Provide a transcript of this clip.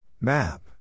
Map